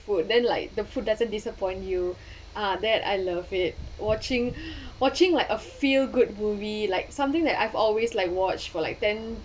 food then like the food doesn't disappoint you ah that I love it watching watching like a feel good movie like something that I've always like watched for like ten